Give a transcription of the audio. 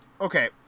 okay